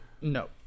No